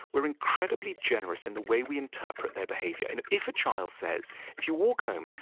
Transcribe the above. we're incredibly generous in the way we interpret their behavior and if a child says if you walk home,